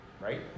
right